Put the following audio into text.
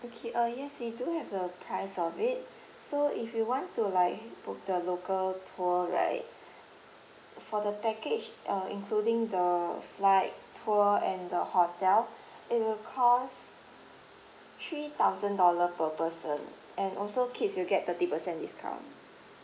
okay uh yes we do have the price of it so if you want to like book the local tour right for the package uh including the flight tour and the hotel it will cost three thousand dollar per person and also kids will get thirty per cent discount